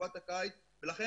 בתקופת הקיץ ולכן,